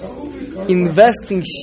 investing